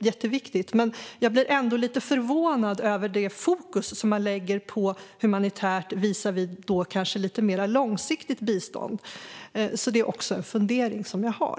jätteviktigt. Men jag blir ändå lite förvånad över det fokus man lägger på humanitärt visavi kanske lite mer långsiktigt bistånd. Också det är en fundering jag har.